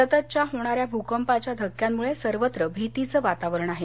सततच्या होणाऱ्या भूकंपाच्या धक्क्यांमुळे सर्वत्र भीतीचं वातावरण आहे